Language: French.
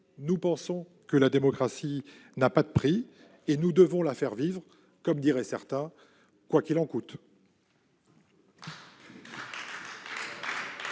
nous pensons que la démocratie n'a pas de prix et nous devons la faire vivre, comme diraient certains, « quoi qu'il en coûte